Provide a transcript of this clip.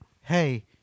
Hey